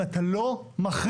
אם אתה לא מכריע,